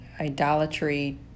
idolatry